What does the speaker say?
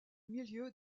milieu